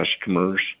customers